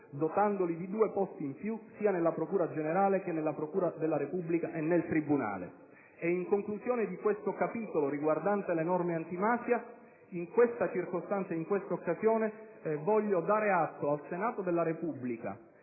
dotandoli di due posti in più sia nella procura generale che nella procura della Repubblica e nel tribunale. In conclusione di questo capitolo riguardante le norme antimafia, in questa circostanza e in questa occasione voglio dare atto al Senato della Repubblica